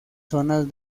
zonas